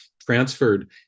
transferred